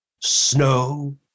snow